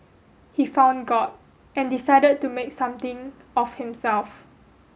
he found God and decided to make something of himself